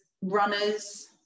runners